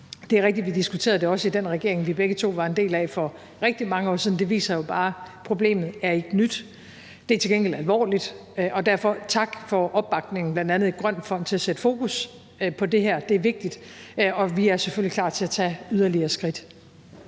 Det er rigtigt, at vi også diskuterede det i den regering, vi begge to var en del af for rigtig mange år siden. Det viser jo bare, at problemet ikke er nyt. Det er til gengæld alvorligt. Derfor tak for opbakningen, bl.a. til en grøn fond til at sætte fokus på det her. Det er vigtigt. Og vi er selvfølgelig klar til at tage yderligere skridt.